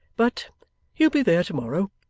but he'll be there to-morrow